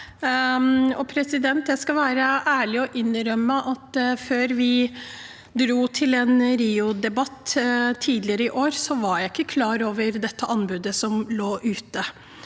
Jeg skal være ærlig og innrømme at før vi dro til en RIO-debatt tidligere i år, var jeg ikke klar over anbudet som lå ute.